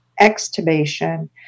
extubation